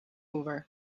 over